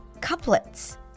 Couplets